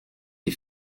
die